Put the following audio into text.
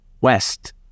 West